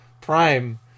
prime